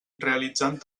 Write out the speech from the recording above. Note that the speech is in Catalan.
realitzant